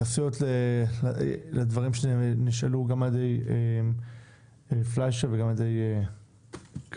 התייחסויות לדברים שנשאלו גם על ידי פליישר וגם על ידי קרמיזיאן.